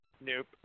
nope